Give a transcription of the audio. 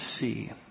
see